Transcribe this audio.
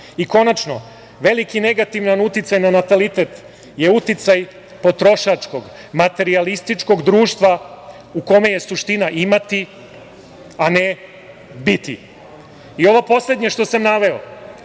mladih. Konačno, veliki negativni uticaj na natalitet je uticaj potrošačkog, materijalističkog društva u kome je suština imati, a ne biti. Ovo poslednje što sam naveo,